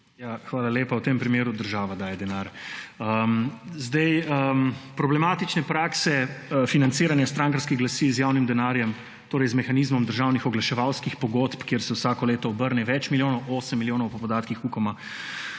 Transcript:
Hvala lepa. V tem primeru država daje denar. Problematične prakse financiranja strankarskih glasil z javnim denarjem torej z mehanizmom državnih oglaševalskih pogodb, kjer se vsako leto obrne več milijonov, 8 milijonov po podatkih Ukoma,